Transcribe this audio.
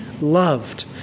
loved